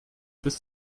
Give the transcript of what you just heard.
bis